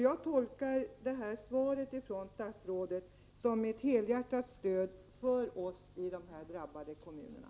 Jag tolkar svaret från statsrådet som ett helhjärtat stöd för oss i de drabbade kommunerna.